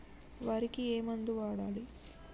వరికి ఏ మందు వాడాలి?